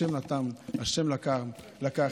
ה' נתן, ה' לקח.